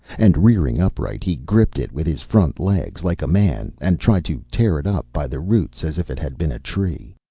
and rearing upright he gripped it with his front legs like a man and tried to tear it up by the roots, as if it had been a tree.